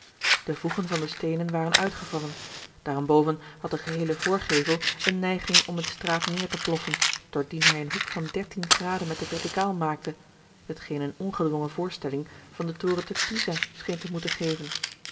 de voegen van de steenen waren uitgevallen daarenboven had de geheele voorgevel eene neiging om in de straat neêr te ploffen doordien hij een hoek van dertien graden met de vertikaal maakte hetgeen eene ongedwongen voorstelling van den toren te pisa scheen te moeten geven